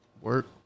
Work